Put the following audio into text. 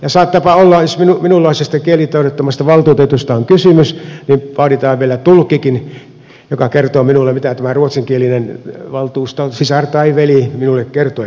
ja saattaapa olla että jos minunlaisestani kielitaidottomasta valtuutetusta on kysymys niin vaaditaan vielä tulkkikin joka kertoo minulle mitä tämä ruotsinkielinen valtuuston sisar tai veli minulle kertoi